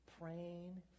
praying